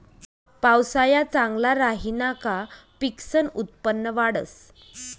पावसाया चांगला राहिना का पिकसनं उत्पन्न वाढंस